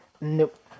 nope